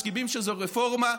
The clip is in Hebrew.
מסכימים שזו רפורמה,